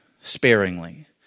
sparingly